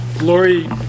Lori